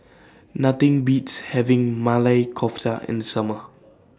Nothing Beats having Maili Kofta in The Summer